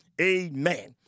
Amen